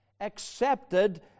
accepted